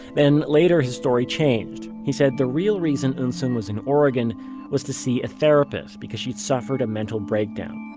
then later his story changed. he said the real reason eunsoon was in oregon was to see a therapist because she'd suffered a mental breakdown.